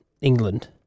England